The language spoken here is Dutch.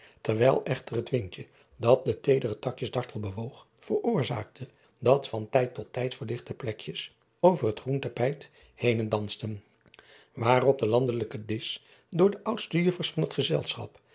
terwijl echter het windje dat de teedere takjes dartel bewoog veroorzaakte dat van tijd tot tijd verlichte plekjes over het groen tapijt henen dansten waarop de landelijke disch door de oudste uffers van het gezelschap